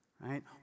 Right